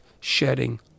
shedding